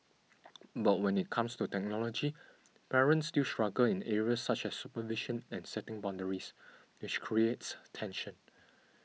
but when it comes to technology parents still struggle in areas such as supervision and setting boundaries which creates tension